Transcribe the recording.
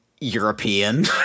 European